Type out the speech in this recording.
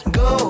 go